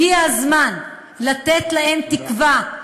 הגיע הזמן לתת להם תקווה,